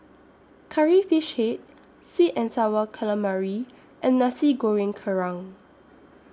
Curry Fish Head Sweet and Sour Calamari and Nasi Goreng Kerang